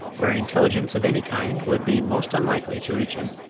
where intelligence of any kind would be most unlikely to reach him.